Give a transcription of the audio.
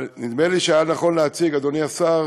אבל נדמה לי שהיה נכון להציג, אדוני השר,